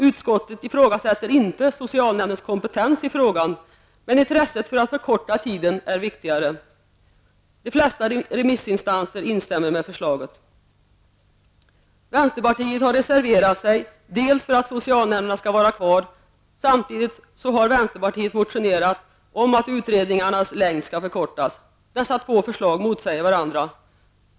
Utskottet ifrågasätter emellertid inte socialnämndernas kompetens i frågan; intresset för att förkorta tiden är viktigare. De flesta remissinstanser instämmer med förslaget. Vänsterpartiet har reserverat sig för att socialnämnderna skall vara kvar. Samtidigt har vänsterpartiet motionerat om att utredningstidens längd skall förkortas. Dessa två förslag motsäger varandra.